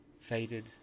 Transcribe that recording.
Faded